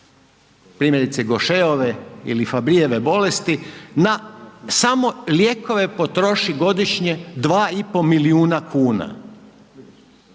primjerice gošeove ili fabrijeve bolesti, na samo lijekove potroši godišnje 2,5 milijuna kuna,